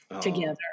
together